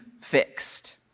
fixed